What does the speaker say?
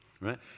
right